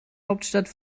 hauptstadt